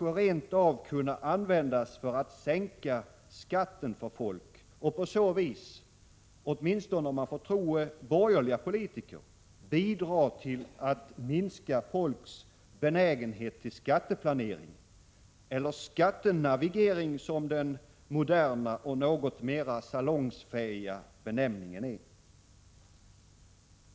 rent av kunna användas för att sänka skatten för folk och på så vis — åtminstone om man får tro borgerliga politiker — bidra till att minska folks benägenhet till skatteplanering, eller skattenavigering, som är den moderna och något mera salongsfähiga benämningen.